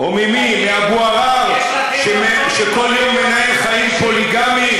או ממי, מאבו עראר, שכל יום מנהל חיים פוליגמיים?